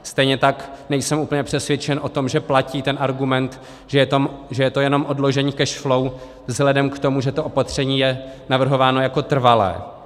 Stejně tak nejsem úplně přesvědčen o tom, že platí ten argument, že je to jenom odložení cash flow vzhledem k tomu, že to opatření je navrhováno jako trvalé.